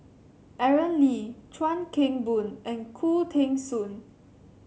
Aaron Lee Chuan Keng Boon and Khoo Teng Soon